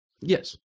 Yes